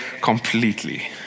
completely